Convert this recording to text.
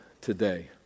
today